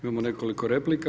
Imamo nekoliko replika.